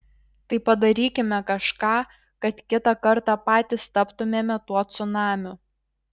tai padarykime kažką kad kitą kartą patys taptumėme tuo cunamiu